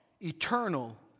eternal